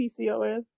PCOS